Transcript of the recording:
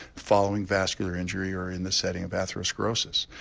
following vascular injury or in the setting of atherosclerosis.